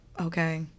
okay